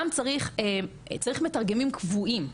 גם צריך מתרגמים קבועים.